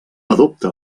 adopta